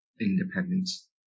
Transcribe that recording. independence